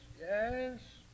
yes